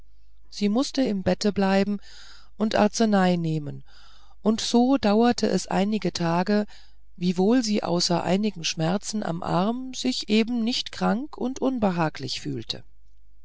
sie mußte im bette bleiben und arzenei nehmen und so dauerte es einige tage wiewohl sie außer einigem schmerz am arm sich eben nicht krank und unbehaglich fühlte